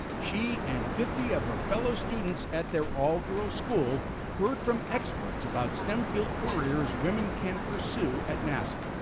she and fifty of her fellow students at their all girls school heard from experts about stem-field careers women can pursue at nasa.